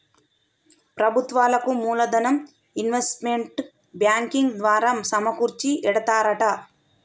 ప్రభుత్వాలకు మూలదనం ఈ ఇన్వెస్ట్మెంట్ బ్యాంకింగ్ ద్వారా సమకూర్చి ఎడతారట